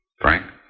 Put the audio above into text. Frank